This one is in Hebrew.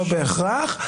לא בהכרח.